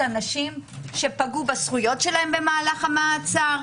אנשים שפגעו בזכויות שלהם במהלך המעצר,